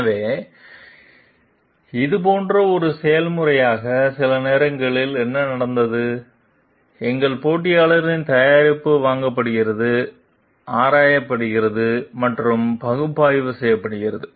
எனவே இது போன்ற ஒரு செயல்முறையாக சில நேரங்களில் என்ன நடந்தது எங்கள் போட்டியாளரின் தயாரிப்பு வாங்கப்படுகிறது ஆராயப்படுகிறது மற்றும் பகுப்பாய்வு செய்யப்படுகிறது